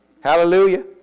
Hallelujah